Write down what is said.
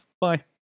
Bye